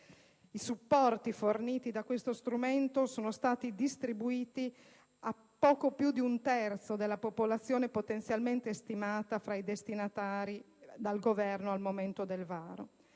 i supporti forniti da questo strumento sono stati distribuiti a poco più di un terzo dei soggetti potenzialmente stimati fra i destinatari dal Governo al momento del varo;